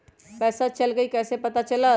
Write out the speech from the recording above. पैसा चल गयी कैसे पता चलत?